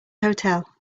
hotel